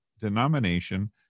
denomination